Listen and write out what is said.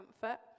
comfort